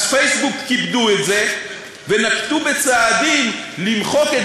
אז פייסבוק כיבדו את זה ונקטו צעדים למחוק את